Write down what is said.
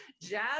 jazz